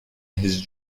his